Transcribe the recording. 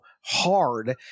hard